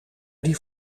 die